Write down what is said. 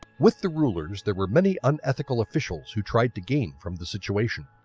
with the rulers there were many unethical officials who tried to gain from the situation.